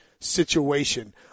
situation